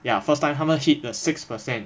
ya first time 他们 hit the six per cent